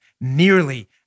nearly